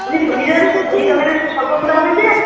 সবজি সবজি দোকানের সে স্বপনদা বলছেন